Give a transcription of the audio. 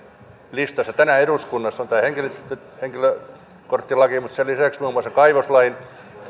listassa tänään eduskunnassa on tämä henkilökorttilaki mutta sen lisäksi muun muassa kaivoslain